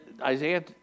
Isaiah